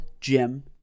Jim